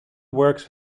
works